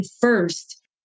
first